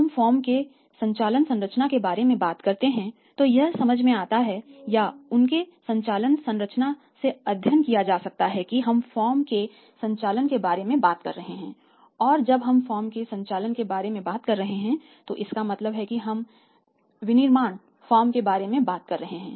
जब हम फर्म के संचालन संरचना के बारे में बात करते हैं तो यह समझ में आता है या उनके संचालन संरचना से अध्ययन किया जा सकता है कि हम फर्म के संचालन के बारे में बात कर रहे हैं और जब हम फर्म के संचालन के बारे में बात कर रहे हैं तो इसका मतलब है कि हम विनिर्माण फर्म बारे में बात कर रहे हैं